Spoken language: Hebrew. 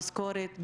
במשכורת,